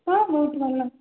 ହଁ ବହୁତ୍ ଭଲ